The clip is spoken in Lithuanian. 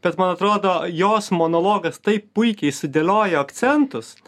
bet man atrodo jos monologas taip puikiai sudėliojo akcentus